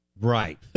Right